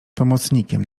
pomocnikiem